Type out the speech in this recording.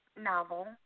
novel